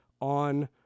on